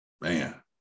Man